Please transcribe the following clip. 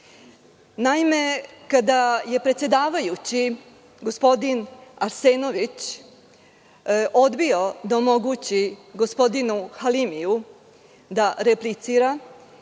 kada je predsedavajući, gospodin Arsenović, odbio da omogući gospodinu Halimiju da replicira